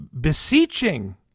beseeching